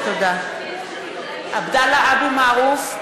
(קוראת בשמות חברי הכנסת) עבדאללה אבו מערוף,